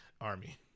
army